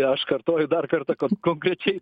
aš kartoju dar kartą kad konkrečiai